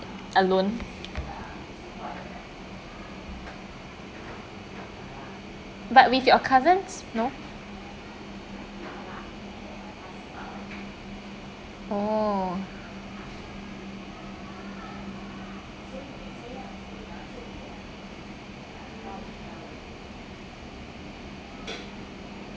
alone but with your cousins no oh